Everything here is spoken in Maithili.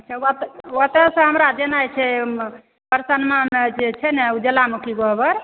अच्छा ओतयसँ हमरा जेनाइ छै प्रसन्नामे जे छै ने ज्वालामुखी ग्वहर